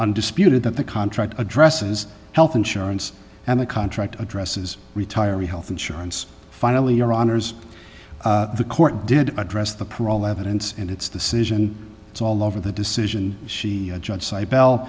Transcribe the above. undisputed that the contract addresses health insurance and the contract addresses retiree health insurance finally your honour's the court did address the parole evidence and it's the city it's all over the decision she a judge b